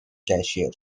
cashier